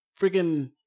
freaking